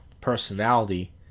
personality